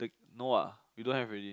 no ah we don't have already